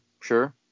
sure